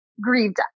grieved